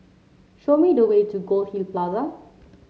show me the way to Goldhill Plaza